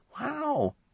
Wow